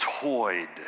toyed